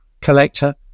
Collector